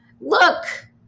look